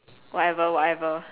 whatever whatever